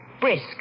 brisk